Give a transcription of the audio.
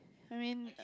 I mean